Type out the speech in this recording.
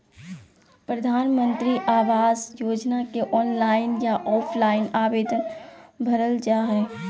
प्रधानमंत्री आवास योजना के ऑनलाइन या ऑफलाइन आवेदन भरल जा हइ